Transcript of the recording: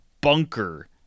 Bunker